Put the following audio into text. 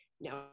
Now